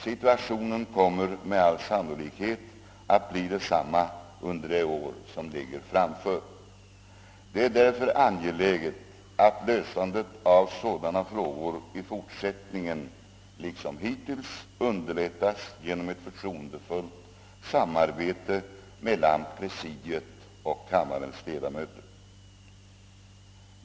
Situationen kommer med all sannolikhet att bli densamma under det år som ligger framför. Det är därför angeläget att lösandet av sådana frågor i fortsättningen liksom hittills underlättas genom ett förtroendefullt samarbete mellan presidiet och kammarens ledamöter.